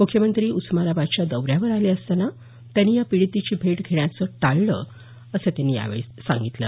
मुख्यमंत्री उस्मानाबादच्या दौऱ्यावर आले असताना त्यांनी या पीडितेची भेट घेण्याचं टाळलं असं त्यांनी यावेळी सांगितलं